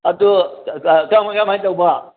ꯑꯗꯣ ꯀꯃꯥꯏ ꯀꯃꯥꯏ ꯇꯧꯕ